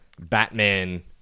Batman